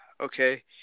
Okay